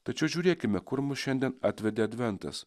tačiau žiūrėkime kur mus šiandien atvedė adventas